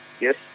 yes